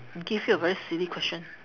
give you a very silly question